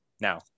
now